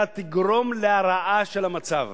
אלא יגרום להרעת המצב.